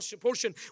portion